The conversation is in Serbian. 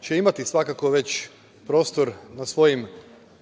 će imati svakako već prostor na svojim